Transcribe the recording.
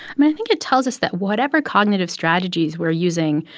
i mean, i think it tells us that whatever cognitive strategies we're using,